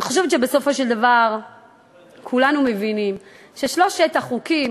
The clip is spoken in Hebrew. אני חושבת שבסופו של דבר כולנו מבינים ששלושת החוקים